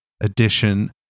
edition